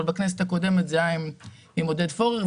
ובכנסת הקודמת זה היה עם עודד פורר,